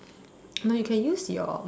no you can use your